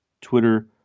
Twitter